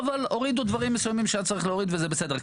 אבל הורידו דברים מסוימים שהיה צריך להוריד וזה בסדר,